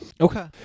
Okay